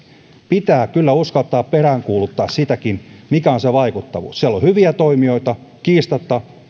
pitää kyllä uskaltaa peräänkuuluttaa sitäkin mikä on se vaikuttavuus siellä on hyviä toimijoita kiistatta